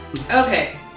Okay